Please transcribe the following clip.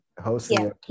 hosting